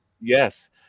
Yes